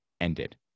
ended